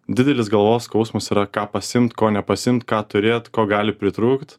didelis galvos skausmas yra ką pasiimt ko nepasiimt ką turėt ko gali pritrūkt